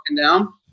down